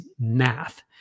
math